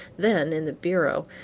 then in the bureau,